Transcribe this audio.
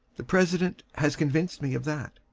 the president has convinced me of that.